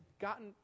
gotten